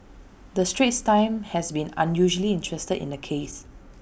the straits times has been unusually interested in the case